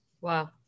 Wow